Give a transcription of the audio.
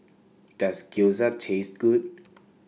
Does Gyoza Taste Good